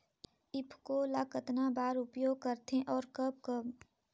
ईफको ल कतना बर उपयोग करथे और कब कब?